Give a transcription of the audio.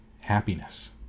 happiness